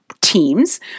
teams